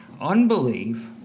Unbelief